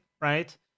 right